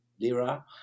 lira